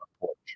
porch